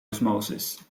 osmosis